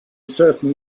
certain